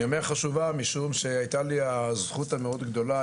אני אומר חשובה משום שהיתה לי הזכות המאוד גדולה,